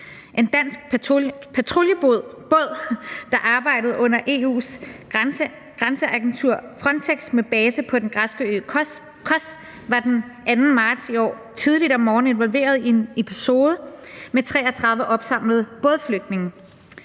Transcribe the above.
En dansk patruljebåd, der arbejdede under EU's grænseagentur, Frontex, med base på den græske ø Kos var den 2. marts i år tidligt om morgenen involveret i en episode med 33 opsamlede bådflygtninge.